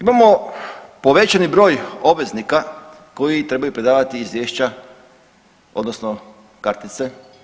Imamo povećani broj obveznika koji trebaju predavati izvješća odnosno kartice.